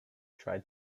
tried